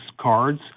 cards